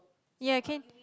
ya can